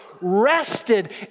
rested